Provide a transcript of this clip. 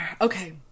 Okay